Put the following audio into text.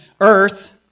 earth